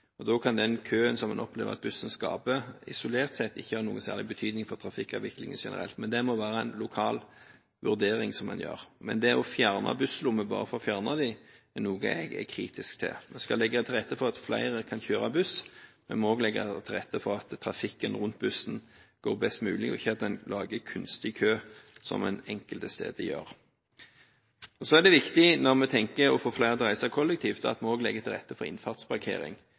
Da kan den køen som en opplever at bussen skaper, isolert sett ikke ha noen særlig betydning for trafikkavviklingen generelt, men det må være en lokal vurdering. Men det å fjerne busslommer bare for å fjerne dem er noe jeg er kritisk til. Vi skal legge til rette for at flere kan kjøre buss, men vi må også legge til rette for at trafikken rundt bussen går best mulig, og at en ikke lager kunstig kø, som en enkelte steder gjør. Så er det viktig, når vi tenker på å få flere til å reise kollektivt, at vi også legger til rette for innfartsparkering.